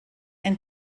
and